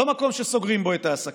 לא מקום שסוגרים בו את העסקים.